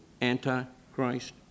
anti-Christ